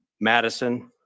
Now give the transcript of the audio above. Madison